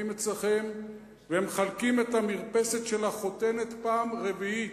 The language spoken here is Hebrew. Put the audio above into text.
אצלכם ומחלקים את המרפסת של החותנת פעם רביעית,